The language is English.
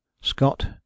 Scott